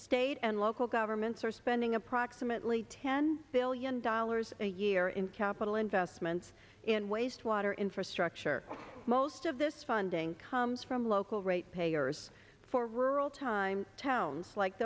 state and local governments are spending approximately ten billion dollars a year in capital investments in wastewater infrastructure most of this funding comes from local ratepayers for rural time towns like